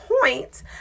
point